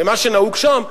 ומה שנהוג שם,